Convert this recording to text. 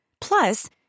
Plus